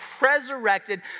resurrected